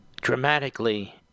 dramatically